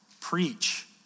Preach